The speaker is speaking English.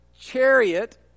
chariot